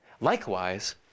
Likewise